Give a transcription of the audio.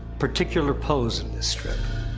particular pose in this strip.